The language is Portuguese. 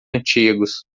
antigos